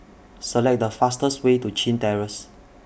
Select The fastest Way to Chin Terrace